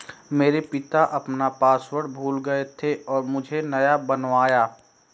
मेरे पिता अपना पासवर्ड भूल गए थे और मुझसे नया बनवाया